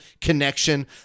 connection